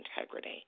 integrity